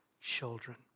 children